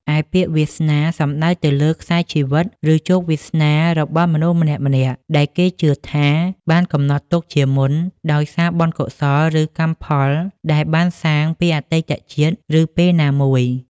ឯពាក្យ វាសនា សំដៅទៅលើខ្សែជីវិត ឬជោគវាសនារបស់មនុស្សម្នាក់ៗ ដែលគេជឿថាបានកំណត់ទុកជាមុន ដោយសារបុណ្យកុសល ឬកម្មផលដែលបានសាងពីអតីតជាតិ ឬពីពេលណាមួយ។